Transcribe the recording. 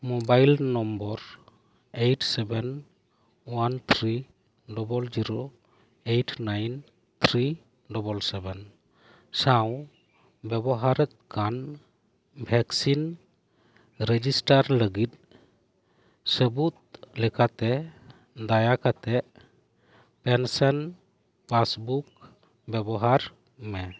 mobile number eight seven one three double zero eight nine three double seven ᱥᱟᱶ ᱵᱮᱵᱚᱦᱟᱨᱮᱫ ᱠᱟᱱ vaccine register ᱞᱟᱹᱜᱤᱫ ᱥᱟᱹᱵᱩᱫᱽ ᱞᱮᱠᱟᱛᱮ ᱫᱟᱭᱟ ᱠᱟᱛᱮᱫ ᱯᱮᱱᱥᱚᱱ ᱯᱟᱥᱵᱩᱠ ᱵᱮᱵᱚᱦᱟᱨ ᱢᱮ